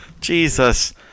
Jesus